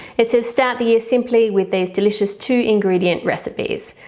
it says start the year simply with these delicious two ingredient recipes.